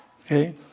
Okay